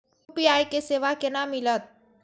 UPI के सेवा केना मिलत?